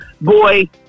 boy